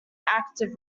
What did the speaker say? active